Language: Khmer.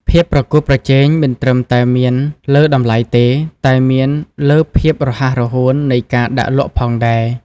ភាពប្រកួតប្រជែង មិនត្រឹមតែមានលើតម្លៃទេ តែមានលើភាពរហ័សរហួននៃការដាក់លក់ផងដែរ។